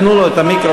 תנו לו את המיקרופון.